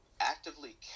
actively